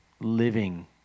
living